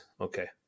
Okay